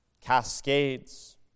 cascades